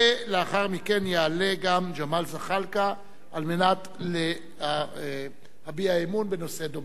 ולאחר מכן יעלה גם ג'מאל זחאלקה להביע אי-אמון בנושא דומה.